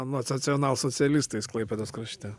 nacionalsocialistais klaipėdos krašte